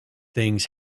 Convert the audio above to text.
things